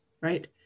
right